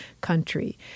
country